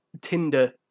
tinder